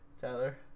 Tyler